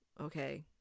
okay